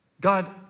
God